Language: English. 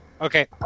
Okay